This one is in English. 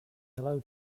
hello